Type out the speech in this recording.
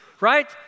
right